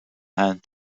hand